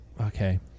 Okay